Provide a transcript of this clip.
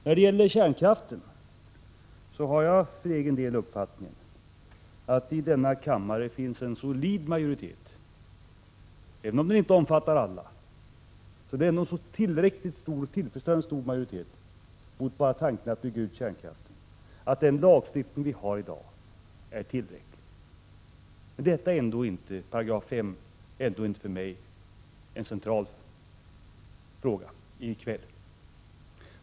När det gäller kärnkraften har jag för egen del uppfattningen att i denna kammare finns en solid majoritet — även om den inte omfattar alla, är det en tillräckligt stor majoritet — som är mot tanken på att bygga ut kärnkraften och som även anser att den lagstiftning vi har i dag är tillräcklig. Men 5 § är ändå inte en central fråga för mig i kväll.